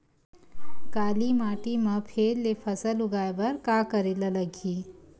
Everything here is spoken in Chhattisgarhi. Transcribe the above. काली माटी म फेर ले फसल उगाए बर का करेला लगही?